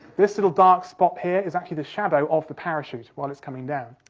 this little dark spot here is actually the shadow of the parachute while it's coming down.